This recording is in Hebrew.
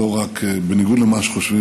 בניגוד למה שחושבים,